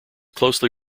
closely